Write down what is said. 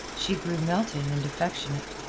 she grew melting and affectionate,